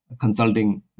consulting